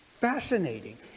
Fascinating